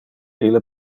ille